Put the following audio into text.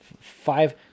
five